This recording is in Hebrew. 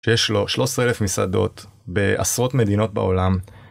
יש לו שלוש עשרה אלף מסעדות בעשרות מדינות בעולם.